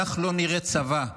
כך לא נראה צבא,